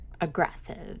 aggressive